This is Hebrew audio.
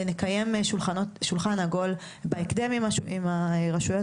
נקיים שולחן עגול בהקדם עם הרשויות